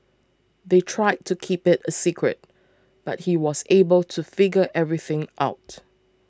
they tried to keep it a secret but he was able to figure everything out